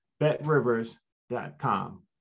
betrivers.com